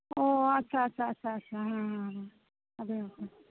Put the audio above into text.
ᱚᱻ ᱟᱪᱪᱷᱟ ᱟᱪᱪᱷᱟ ᱟᱪᱪᱷᱟ ᱟᱪᱪᱷᱟ ᱦᱮᱸ ᱦᱮᱸ ᱟᱹᱰᱤ ᱜᱷᱟᱹᱲᱤᱡ ᱜᱮ